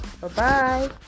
Bye-bye